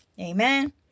Amen